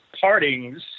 partings